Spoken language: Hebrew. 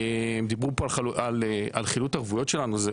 דיברו פה על חילוט ערבויות שלנו,